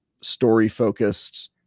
story-focused